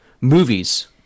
movies